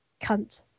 cunt